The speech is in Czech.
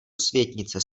světnice